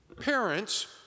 parents